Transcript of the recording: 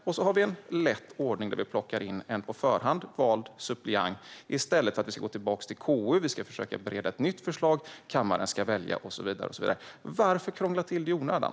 Och så kan vi ha en enkel ordning där vi plockar in en på förhand vald suppleant i stället för att gå tillbaka till KU och försöka bereda ett nytt förslag som kammaren ska välja och så vidare. Varför krångla till det i onödan?